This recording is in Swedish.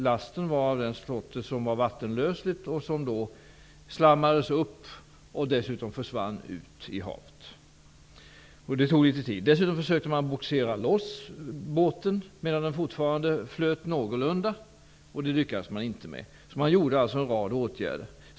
Lasten var av en sort som är vattenlöslig och som då slammades upp och dessutom försvann ut i havet. Det tog litet tid. Dessutom försökte man bogsera loss båten medan den fortfarande flöt någorlunda, och det lyckades man inte med. Man vidtog alltså en rad åtgärder.